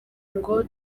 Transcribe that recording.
ngo